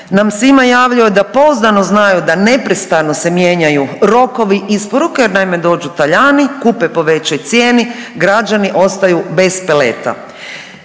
nam svima javljaju da pouzdano znaju da neprestano se mijenjaju rokovi isporuke jer naime, dođu Talijani, kupe po većoj cijeni, građani ostaju bez peleta.